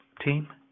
team